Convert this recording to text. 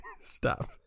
Stop